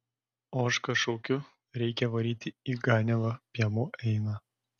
ožką šaukiu reikia varyti į ganiavą piemuo eina